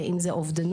אם זה אובדנות.